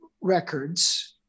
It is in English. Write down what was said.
records